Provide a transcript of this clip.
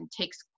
takes